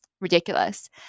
ridiculous